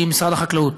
היא משרד החקלאות.